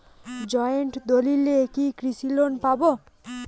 Joint দলিলে কি কৃষি লোন পাব?